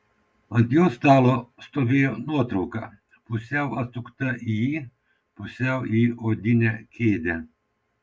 ant jo stalo stovėjo nuotrauka pusiau atsukta į jį pusiau į odinę kėdę